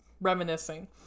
reminiscing